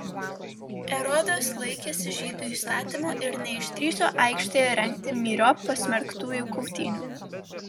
erodas laikėsi žydų įstatymo ir neišdrįso aikštėje rengti myriop pasmerktųjų kautynių